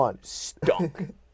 stunk